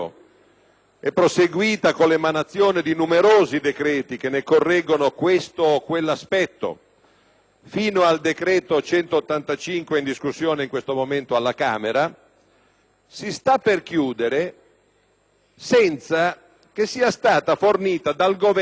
fino al decreto n. 185 in discussione in questo momento alla Camera, sta per chiudersi senza che sia stata fornita dal Governo una risposta almeno chiara, se non convincente, alla seguente domanda: